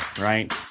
right